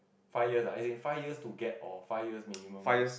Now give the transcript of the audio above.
five years lah as in five years to get all five years minimum to